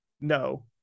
No